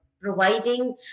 providing